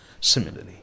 Similarly